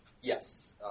Yes